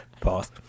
Pause